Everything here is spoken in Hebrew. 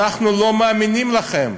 אנחנו לא מאמינים לכם.